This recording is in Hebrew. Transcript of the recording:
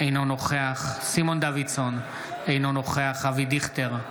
אינו נוכח סימון דוידסון, אינו נוכח אבי דיכטר,